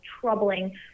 troubling